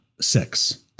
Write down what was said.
six